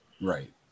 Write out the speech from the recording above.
Right